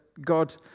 God